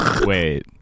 Wait